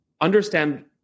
understand